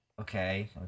Okay